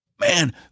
man